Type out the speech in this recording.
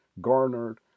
garnered